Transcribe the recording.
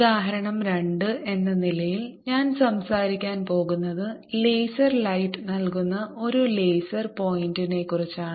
ഉദാഹരണം 2 എന്ന നിലയിൽ ഞാൻ സംസാരിക്കാൻ പോകുന്നത് ലേസർ ലൈറ്റ് നൽകുന്ന ഒരു ലേസർ പോയിന്ററിനെക്കുറിച്ചാണ്